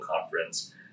conference